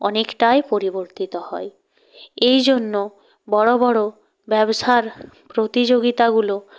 অনেকটাই পরিবর্তিত হয় এই জন্য বড়ো বড়ো ব্যবসার প্রতিযোগিতাগুলো